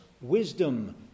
wisdom